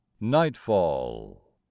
Nightfall